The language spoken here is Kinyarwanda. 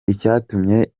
icyatumye